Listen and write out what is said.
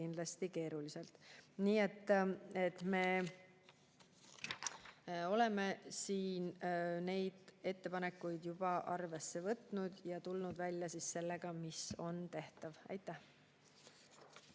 Nii et me oleme neid ettepanekuid juba arvesse võtnud ja tulnud välja sellega, mis on tehtav. Ma